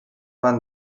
van